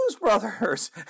Brothers